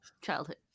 childhood